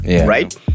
right